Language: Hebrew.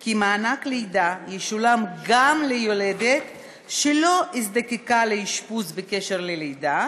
כי מענק לידה ישולם גם ליולדת שלא הזדקקה לאשפוז בקשר ללידה,